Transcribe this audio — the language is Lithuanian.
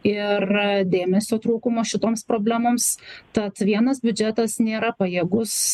ir dėmesio trūkumo šitoms problemoms tad vienas biudžetas nėra pajėgus